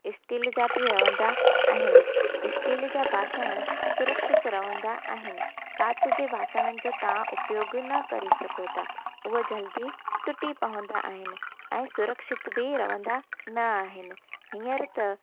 steel जा बि रहंदा आहिनि इस्टील जा बास्ण सुरक्षित रहंदा आहिनि कांच जे बासणनि जो ता उपयोग न करे सघो ता उहे जल्दी टूटी पवंदा आहिनि ऐं सुरक्षित बि रहंदा न आहिनि हींअर त